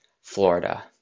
Florida